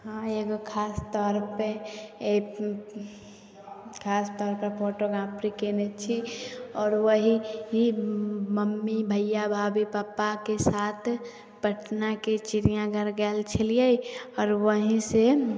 हँ एगो खासतौर पे अछि खासतौर पे फोटोग्राफी कयने छी आओर वही चीज मम्मी भैया भाभी पप्पाके साथ पटनाके चिड़ियाँघर गेल छलियै आओर वहीँ से